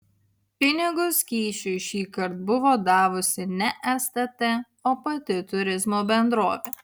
pinigus kyšiui šįkart buvo davusi ne stt o pati turizmo bendrovė